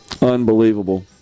unbelievable